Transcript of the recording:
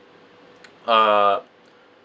uh